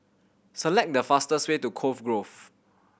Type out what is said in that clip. select the fastest way to Cove Grove